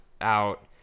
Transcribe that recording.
out